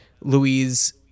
Louise